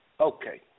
okay